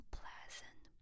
pleasant